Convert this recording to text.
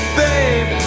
babe